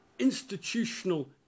institutional